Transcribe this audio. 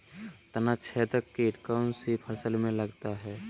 तनाछेदक किट कौन सी फसल में लगता है?